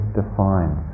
define